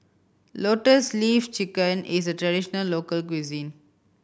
Lotus Leaf Chicken is a traditional local cuisine